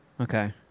Okay